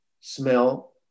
smell